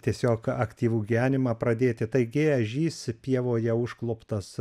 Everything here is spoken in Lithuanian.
tiesiog aktyvų gyvenimą pradėti taigi ežys pievoje užkluptas